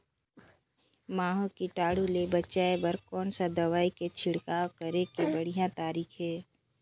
महू कीटाणु ले बचाय बर कोन सा दवाई के छिड़काव करे के बढ़िया तरीका हे?